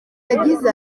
yagize